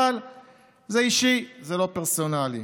אבל זה אישי, זה לא פרסונלי.